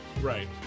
right